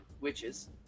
Witches